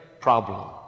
problem